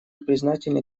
признательны